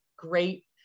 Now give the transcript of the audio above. great